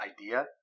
idea